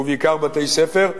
ובעיקר בתי-ספר,